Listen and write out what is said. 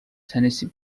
tennessee